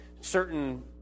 certain